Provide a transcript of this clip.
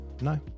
no